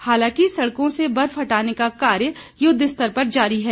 हालांकि सड़कों से बर्फ हटाने का कार्य युद्धस्तर पर जारी है